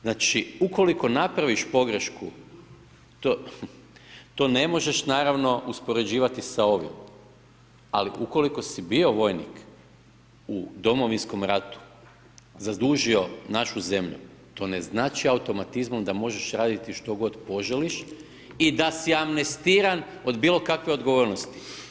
Znači, ukoliko napraviš pogrešku, to ne možeš naravno uspoređivati sa ovim, ali ukoliko si bio vojnik u Domovinskom ratu, zadužio našu zemlju, to ne znači automatizmom da možeš raditi što god poželiš i da si amnestiran od bilo kakve odgovornosti.